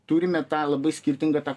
turime tą labai skirtingą tą